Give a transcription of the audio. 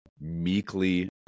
meekly